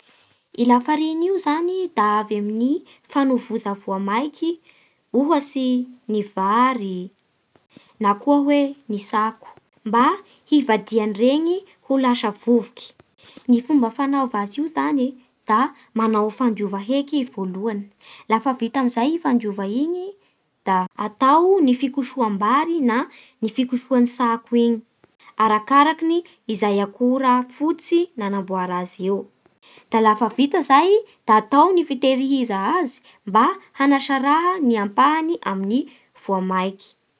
Ny lafariny io zany dia avy amin'ny fanovoza voamaiky, ohatsy ny vary na koa hoe ny tsako mba hivadihan'ireny ho lasa vovoky, ny fomba fanaova azy io zany e da manao fandiova heky i amin'ny voalohany, lafa vita amin'izay fandiova ingy e, da atao ny kosoam-bary na ny fikosoan'ny tsako iny arakaran'izay akora fototsy nanamboara azy eo, da lafa vita zay da atao ny fitehiriza azy mba hanasaha ny ampahany amin'ny voamaiky.